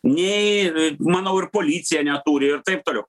nei manau ir policija neturi ir taip toliau